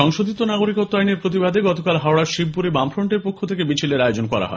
সংশোধিত নাগরিকত্ব আইনের প্রতিবাদে গতকাল হাওড়ার শিবপুরে বামফ্রন্টের পক্ষ থেকে এক মিছিলের আয়োজন করা হয়